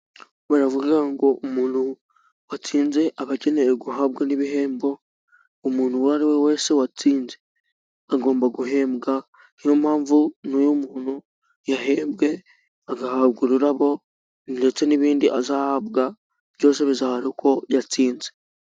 Baravuga ngo: "Umuntu watsinze aba akeneye guhabwa n'ibihembo". Umuntu uwo ari we wese watsinze， agomba guhembwa， niyo mpamvu n'iyo muntu yahembwe agahabwa ururabo， ndetse n'ibindi azahabwa，byose bizaba ari uko yatsinze.